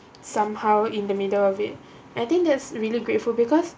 somehow in the middle of it I think that's really grateful because